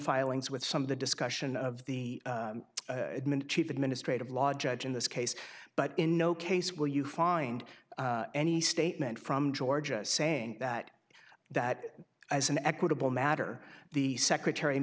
filings with some of the discussion of the chief administrative law judge in this case but in no case will you find any statement from georgia saying that that as an equitable matter the secretary